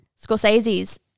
Scorsese's